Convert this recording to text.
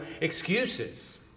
excuses